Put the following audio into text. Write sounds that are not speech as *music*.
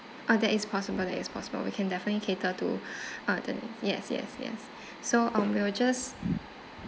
oh that is possible that is possible we can definitely cater to *breath* uh the yes yes yes so um we will just